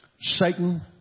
Satan